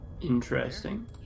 interesting